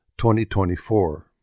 2024